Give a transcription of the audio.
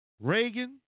Reagan